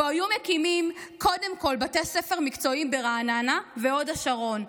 שבו היו מקימים קודם כול בתי ספר מקצועיים ברעננה והוד השרון,